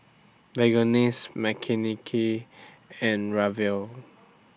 Verghese Makineni and Ramdev